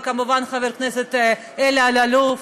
וכמובן חבר הכנסת אלי אלאלוף,